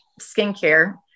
skincare